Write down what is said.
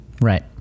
Right